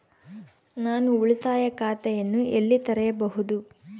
ನಾನು ಉಳಿತಾಯ ಖಾತೆಯನ್ನು ಎಲ್ಲಿ ತೆರೆಯಬಹುದು?